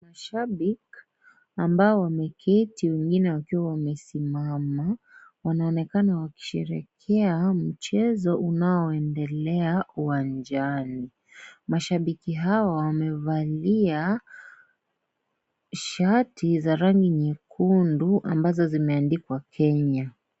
Mashabiki ambao wameketi wengine wakiwa wamesimama. Wanaonenakana wakisherekea mchezo unaoendelea hapa uwanjani. Mashabiki Hawa wamevalia shati za rangi nyekundu ambazo zimeandikwa Kenya.